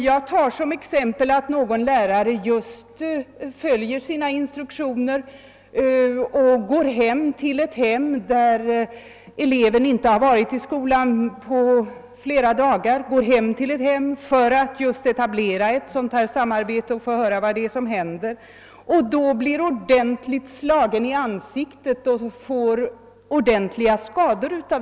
Jag tar som exempel att en lärare följer instruktionerna och går på besök till ett hem, där det finns en elev som inte varit i skolan på flera dagar. Han går dit för att höra vad som hänt och för att etablera ett sådant samarbete — och då blir han slagen i ansiktet och får ordentliga skador.